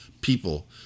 people